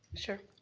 sure.